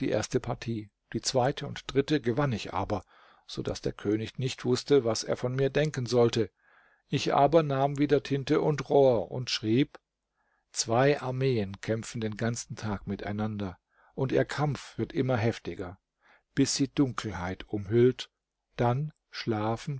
erste partie die zweite und dritte gewann ich aber so daß der könig nicht wußte was er von mir denken sollte ich aber nahm wieder tinte und rohr und schrieb zwei armeen kämpfen den ganzen tag miteinander und ihr kampf wird immer heftiger bis sie dunkelheit umhüllt dann schlafen